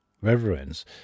Reverence